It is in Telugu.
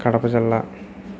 కడప జిల్లా